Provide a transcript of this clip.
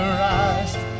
rise